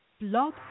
Blog